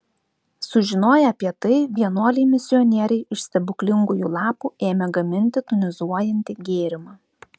sužinoję apie tai vienuoliai misionieriai iš stebuklingųjų lapų ėmė gaminti tonizuojantį gėrimą